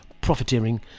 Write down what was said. profiteering